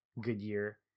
Goodyear